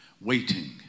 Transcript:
waiting